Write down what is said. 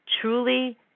truly